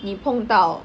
你碰到